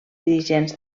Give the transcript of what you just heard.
dirigents